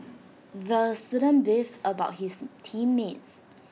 the student beefed about his team mates